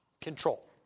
control